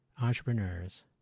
entrepreneurs